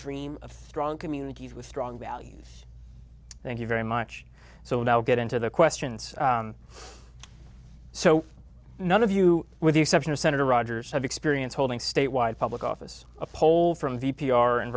dream of strong communities with strong values thank you very much so now get into the questions so none of you with the exception of senator rogers have experience holding statewide public office a poll from the p r in